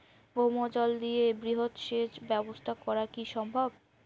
ভৌমজল দিয়ে বৃহৎ সেচ ব্যবস্থা করা কি সম্ভব?